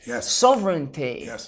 sovereignty